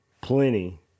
plenty